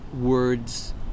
words